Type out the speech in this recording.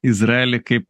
izraely kaip